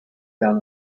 down